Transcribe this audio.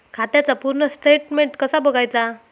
खात्याचा पूर्ण स्टेटमेट कसा बगायचा?